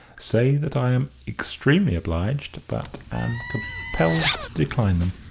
say that i am extremely obliged but am compelled to decline them.